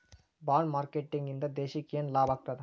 Bond marketing ಇಂದಾ ದೇಶಕ್ಕ ಯೆನ್ ಲಾಭಾಗ್ತದ?